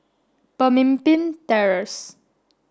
Pemimpin Terrace